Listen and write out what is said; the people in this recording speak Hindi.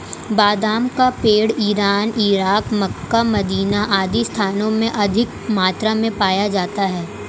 बादाम का पेड़ इरान, इराक, मक्का, मदीना आदि स्थानों में अधिक मात्रा में पाया जाता है